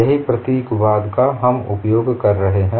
यही प्रतीकवाद हम उपयोग कर रहे हैं